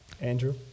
Andrew